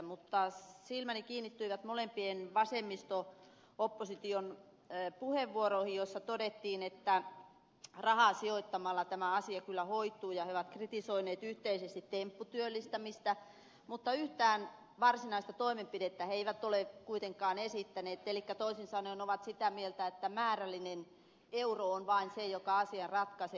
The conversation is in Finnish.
mutta silmäni kiinnittyivät molempien vasemmisto oppositiopuolueiden puheenvuoroihin joissa todettiin että rahaa sijoittamalla tämä asia kyllä hoituu ja he ovat kritisoineet yhteisesti tempputyöllistämistä mutta yhtään varsinaista toimenpidettä he eivät ole kuitenkaan esittäneet elikkä toisin sanoen ovat sitä mieltä että vain määrällinen euro on se joka asian ratkaisee